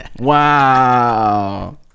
Wow